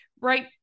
right